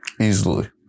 easily